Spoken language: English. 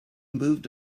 moved